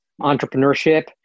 entrepreneurship